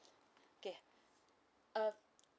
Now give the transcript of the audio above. okay uh